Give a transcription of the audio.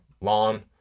Lawn